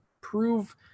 prove